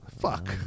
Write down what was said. Fuck